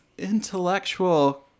intellectual